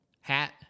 hat